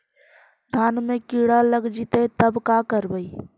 धान मे किड़ा लग जितै तब का करबइ?